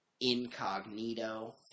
Incognito